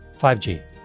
5G